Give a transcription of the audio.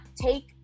take